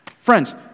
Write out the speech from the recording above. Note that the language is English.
Friends